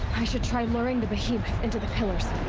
i should try luring the behemoth into the pillars.